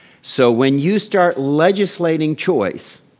so when you start legislating choice